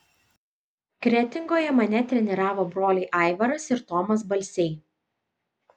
kretingoje mane treniravo broliai aivaras ir tomas balsiai